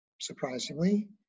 surprisingly